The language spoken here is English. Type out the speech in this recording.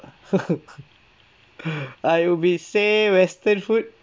I will be say western food